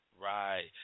Right